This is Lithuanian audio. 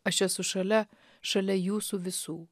aš esu šalia šalia jūsų visų